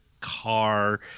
car